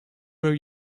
where